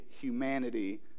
humanity